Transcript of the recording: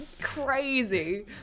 crazy